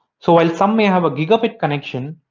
so while some may have a gigabit connection,